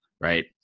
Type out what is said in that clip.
right